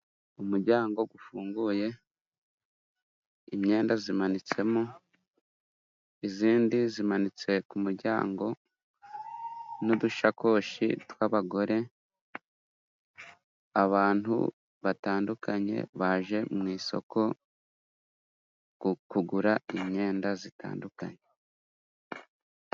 Umujyango ufunguye imyenda zimanitsemo izindi zimanitse ku kumujyango n'udusakoshi tw'abagore abantu batandukanye baje mu isoko kugura imyenda zitandukanye.